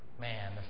man